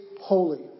holy